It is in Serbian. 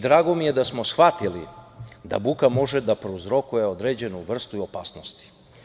Drago mi je da smo shvatili da buka može da prouzrokuje određenu vrstu opasnosti.